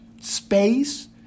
space